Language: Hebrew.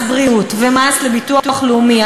מס בריאות ומס לביטוח לאומי,